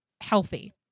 healthy